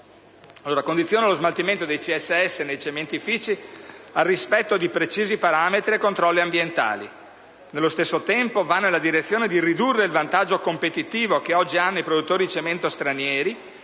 condiziona lo smaltimento dei CSS nei cementifici al rispetto di precisi parametri e controlli ambientali. Nello stesso tempo, va nella direzione di ridurre il vantaggio competitivo che oggi hanno i produttori di cemento stranieri